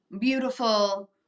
beautiful